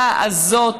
הממשלה הזאת,